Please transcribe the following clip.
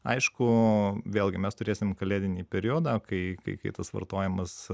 aišku vėlgi mes turėsime kalėdinį periodą kai kai kai tas vartojimas